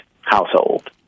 household